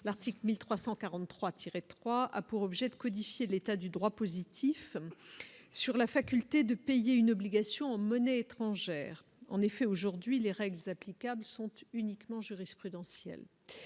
L'article 1343 tiré 3 a pour objet de codifier l'état du droit positif sur la faculté de payer une obligation en monnaie étrangère en effet aujourd'hui les règles applicables sont uniquement jurisprudentielle